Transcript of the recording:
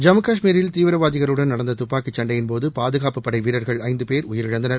ஜம்மு கஷ்மீரில் தீவிரவாதிகளுடன் நடந்த துப்பாக்கி சண்டையின்போது பாதுகாப்புப்படை வீரர்கள் ஐந்து பேர் உயிழந்தனர்